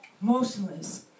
motionless